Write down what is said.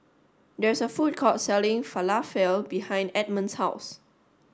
there is a food court selling Falafel behind Edmund's house